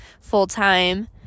full-time